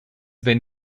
been